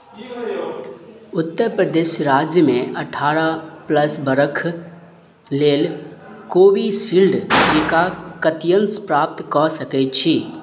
उत्तर प्रदेश राज्यमे अठारह प्लस बरख लेल कोविशील्ड टीका कतयसँ प्राप्त कऽ सकै छी